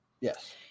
yes